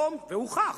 והוכח,